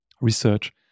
research